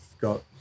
got